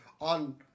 on